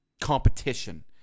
competition